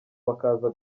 bakaza